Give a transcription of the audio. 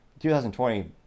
2020